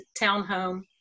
townhome